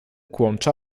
kłącza